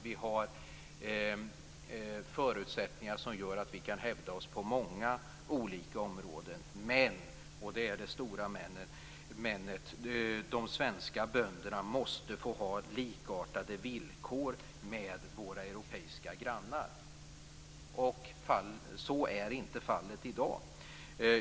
Vi har förutsättningar som gör att vi kan hävda oss på många olika områden, men - och det är det stora "menet" - de svenska bönderna måste få ha likartade villkor med våra europeiska grannar. Så är inte fallet i dag.